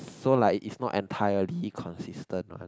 so like its not entirely consistent one